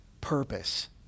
purpose